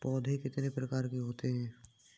पौध कितने प्रकार की होती हैं?